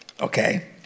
okay